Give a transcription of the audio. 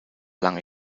lange